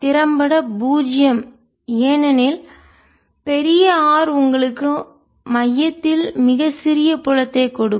திறம்பட பூஜ்ஜியம் ஏனெனில் பெரிய ஆர் உங்களுக்கு மையத்தில் மிகச் சிறிய புலத்தைக் கொடுக்கும்